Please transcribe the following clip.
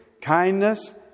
kindness